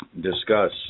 discuss